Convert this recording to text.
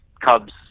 Cubs